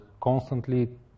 constantly